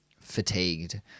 fatigued